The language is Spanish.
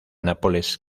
nápoles